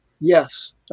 Yes